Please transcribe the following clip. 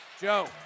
Joe